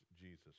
Jesus